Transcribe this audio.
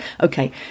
Okay